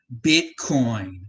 Bitcoin